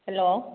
hello